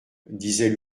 disait